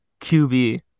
QB